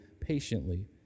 patiently